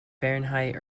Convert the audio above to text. fahrenheit